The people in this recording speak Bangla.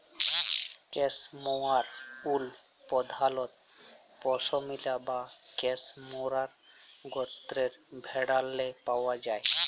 ক্যাসমোয়ার উল পধালত পশমিলা বা ক্যাসমোয়ার গত্রের ভেড়াল্লে পাউয়া যায়